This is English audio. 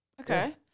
Okay